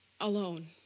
alone